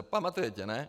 Pamatujete, ne?